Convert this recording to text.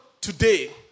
today